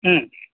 ಹ್ಞೂ